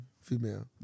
Female